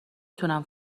تونم